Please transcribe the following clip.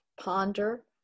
ponder